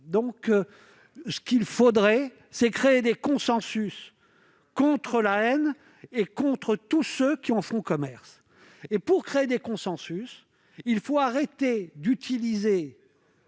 ! Ce qu'il faudrait, c'est créer des consensus contre la haine et contre tous ceux qui en font commerce. Et pour créer des consensus, il faut arrêter d'utiliser